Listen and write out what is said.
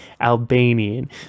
Albanian